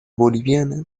boliviana